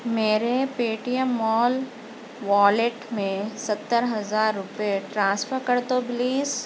میرے Paytm mall wallet میں ستر ہزار روپیے ٹرانسفر کر دو پلیز